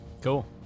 Cool